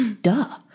duh